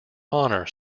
honour